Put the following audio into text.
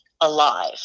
alive